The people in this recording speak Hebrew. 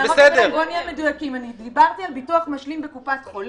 נהיה מדויקים, דברתי על ביטוח משלים בקופת חולים,